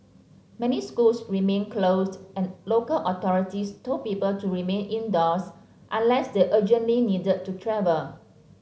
many schools remained closed and local authorities told people to remain indoors unless they urgently needed to travel